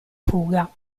fuga